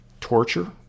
torture